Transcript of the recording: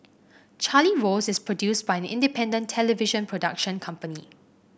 Charlie Rose is produced by an independent television production company